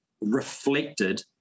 reflected